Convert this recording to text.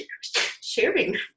sharing